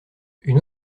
une